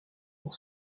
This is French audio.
pour